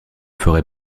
ferez